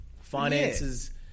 finances